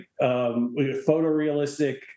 photorealistic